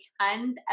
tons